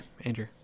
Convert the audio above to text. Andrew